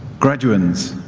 graduands,